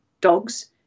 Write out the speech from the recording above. dogs